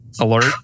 alert